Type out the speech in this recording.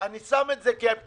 אני שם את זה כפנס.